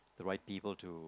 the right people to